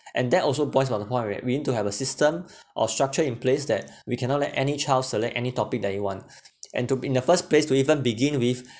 and that also points on that we need we need to have a system or structure in place that we cannot let any child select any topic that he want and to in the first place to even begin with